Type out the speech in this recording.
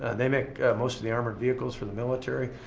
they make most of the armored vehicles for the military.